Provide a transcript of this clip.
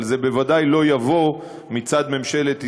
אבל זה בוודאי לא יבוא מצד ממשלת ישראל,